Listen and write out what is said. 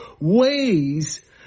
ways